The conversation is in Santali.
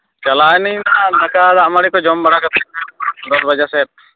ᱪᱟᱞᱟᱜᱼᱤᱧ ᱦᱟᱸᱜ ᱫᱟᱠᱟ ᱫᱟᱜᱼᱢᱟᱹᱲᱤ ᱠᱚ ᱡᱚᱢ ᱵᱟᱲᱟ ᱠᱟᱛᱮᱫ ᱫᱚᱥ ᱵᱟᱡᱮ ᱥᱮᱫ